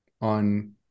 on